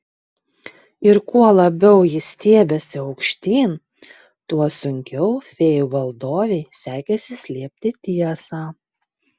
ir kuo labiau ji stiebėsi aukštyn tuo sunkiau fėjų valdovei sekėsi slėpti tiesą